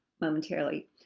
momentarily